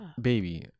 baby